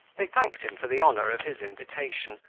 they thanked him for the honour of his invitation,